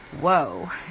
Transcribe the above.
whoa